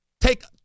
take